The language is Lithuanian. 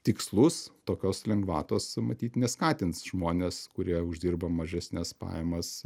tikslus tokios lengvatos matyt ne skatins žmones kurie uždirba mažesnes pajamas